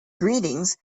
greetings